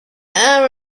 are